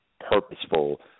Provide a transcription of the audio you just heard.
purposeful